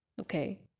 okay